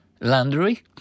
laundry